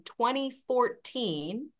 2014